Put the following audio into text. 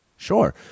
Sure